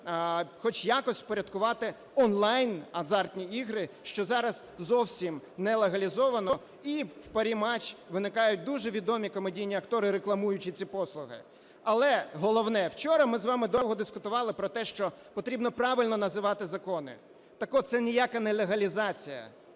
хоч якось впорядкувати онлайн азартні ігри, що зараз зовсім не легалізовано і в Parimatch виникають дуже відомі комедійні актори, рекламуючи ці послуги. Але, головне: вчора ми з вами довго дискутували про те, що потрібно правильно називати закони. Так от, це ніяка не легалізація,